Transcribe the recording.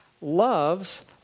loves